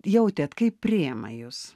jautėt kaip priima jus